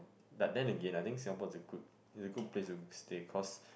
but then again I think Singapore is a good is a good place to stay cause